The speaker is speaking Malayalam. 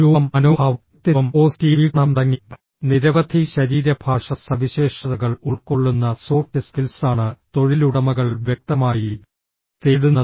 രൂപം മനോഭാവം വ്യക്തിത്വം പോസിറ്റീവ് വീക്ഷണം തുടങ്ങി നിരവധി ശരീരഭാഷ സവിശേഷതകൾ ഉൾക്കൊള്ളുന്ന സോഫ്റ്റ് സ്കിൽസ് ആണ് തൊഴിലുടമകൾ വ്യക്തമായി തേടുന്നത്